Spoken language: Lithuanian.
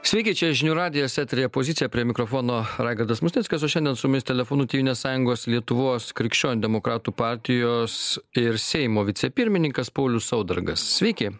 sveiki čia žinių radijas eteryje pozicija prie mikrofono raigardas musnickas o šiandien su mumis telefonu tėvynės sąjungos lietuvos krikščionių demokratų partijos ir seimo vicepirmininkas paulius saudargas sveiki